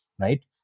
right